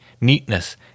neatness